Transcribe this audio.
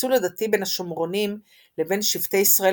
הפיצול הדתי בין השומרונים לבין שבטי ישראל